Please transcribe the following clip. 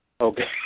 Okay